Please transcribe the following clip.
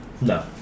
No